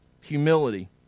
Humility